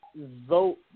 Vote